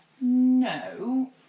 no